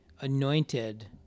anointed